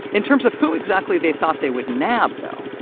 in terms of who exactly they thought they would nab though,